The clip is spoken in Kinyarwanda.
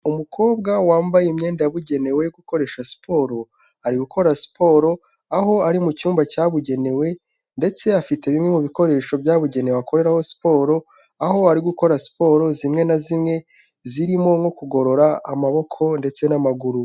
Umukobwa wambaye imyenda yabugenewe gukoresha siporo, ari gukora siporo aho ari mu cyumba cyabugenewe ndetse afite bimwe mu bikoresho byabugenewe akoreraho siporo, aho ari gukora siporo zimwe na zimwe zirimo nko kugorora amaboko ndetse n'amaguru.